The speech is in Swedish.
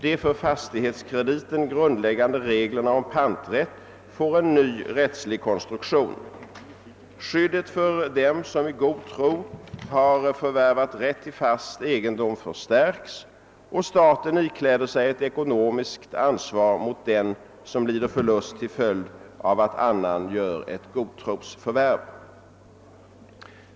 De för fastighetskrediten grundläggande reglerna om panträtten får en ny rättslig konstruktion. Skyddet för den som i god tro har förvärvat rätt till fast egendom förstärks, och staten ikläder sig ett ekonomiskt ansvar mot den som lider förlust till följd av att annan gör ett godtrosförvärv.